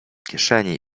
kieszeni